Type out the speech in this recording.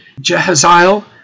Jehaziel